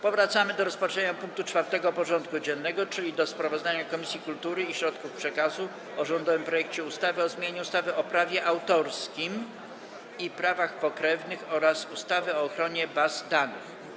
Powracamy do rozpatrzenia punktu 4. porządku dziennego: Sprawozdanie Komisji Kultury i Środków Przekazu o rządowym projekcie ustawy o zmianie ustawy o prawie autorskim i prawach pokrewnych oraz ustawy o ochronie baz danych.